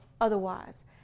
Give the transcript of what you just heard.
otherwise